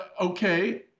okay